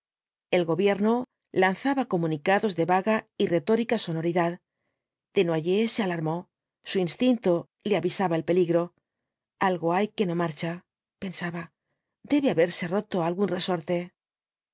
el gobierno lanzaba comunicados de vaga y retórica sonoridad desnoyers se alarmó sn instinto le avisaba el peligro algo hay que no marcha pensaba debe haberse roto algún resorte